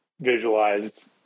visualized